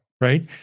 right